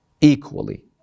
equally